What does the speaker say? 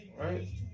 Right